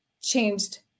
changed